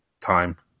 time